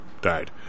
died